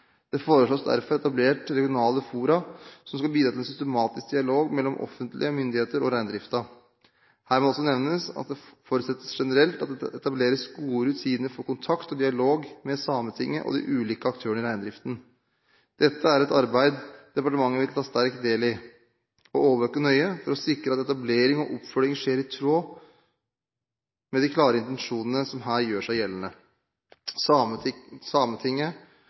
Det foreslås derfor etablert regionale fora som skal bidra til en systematisk dialog mellom offentlige myndigheter og reindriften. Her må det også nevnes at det forutsettes generelt at det etableres gode rutiner for kontakt og dialog med Sametinget og de ulike aktørene i reindriften. Dette er et arbeid departementet vil ta sterkt del i og overvåke nøye for å sikre at etablering og oppfølging skjer i tråd med de klare intensjonene som her gjør seg gjeldende. Sametinget